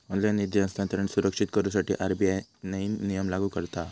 online निधी हस्तांतरण सुरक्षित करुसाठी आर.बी.आय नईन नियम लागू करता हा